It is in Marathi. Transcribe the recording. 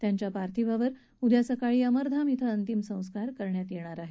त्यांच्यापार्थिवावर उद्या सकाळी अमर धाम येथे अंत्यसंस्कार करण्यात येणार आहेत